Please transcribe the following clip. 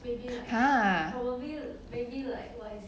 !huh!